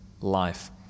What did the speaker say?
life